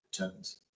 returns